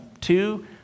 two